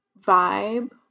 vibe